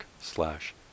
slash